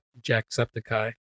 Jacksepticeye